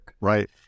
Right